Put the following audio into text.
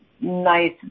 nice